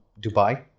Dubai